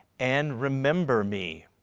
and remember me!